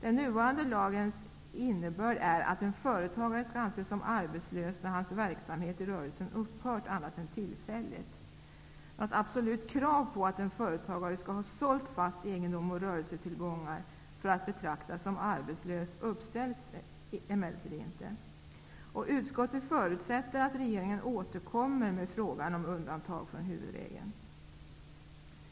Den nuvarande lagens innebörd är att en företagare skall anses som arbetslös när hans verksamhet i rörelsen upphört annat än tillfälligt. Något absolut krav på att en företagare skall ha sålt fast egendom och rörelsetillgångar för att betraktas som arbetslös uppställs emellertid inte. Utskottet förutsätter att regeringen återkommer i frågan om undantag från huvudregeln.